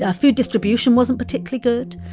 ah food distribution wasn't particularly good.